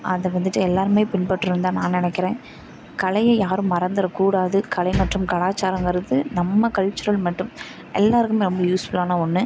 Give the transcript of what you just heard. அதை வந்துட்டு எல்லாேருமே பின்பற்றணும்னு தான் நான் நினைக்குறேன் கலையை யாரும் மறந்துட கூடாது கலை மற்றும் கலாச்சாரங்கிறது நம்ம கல்ச்சுரல் மட்டும் எல்லாேருக்குமே ரொம்ப யூஸ்ஃபுல்லான ஒன்று